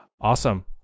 Awesome